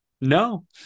No